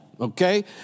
okay